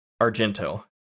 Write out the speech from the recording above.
Argento